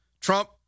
Trump